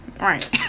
Right